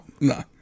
No